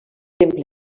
temple